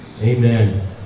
Amen